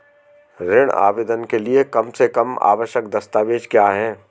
ऋण आवेदन के लिए कम से कम आवश्यक दस्तावेज़ क्या हैं?